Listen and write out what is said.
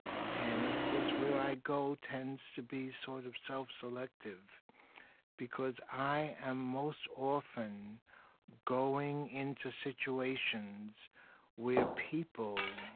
and, of course, where i go tends to be sort of self-selective because i am most often going into situations where people